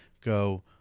go